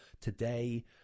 today